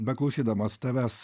beklausydamas tavęs